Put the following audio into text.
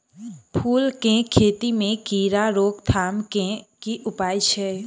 फूल केँ खेती मे कीड़ा रोकथाम केँ की उपाय छै?